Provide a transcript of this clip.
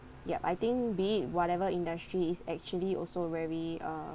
yup I think be it whatever industry it's actually also very uh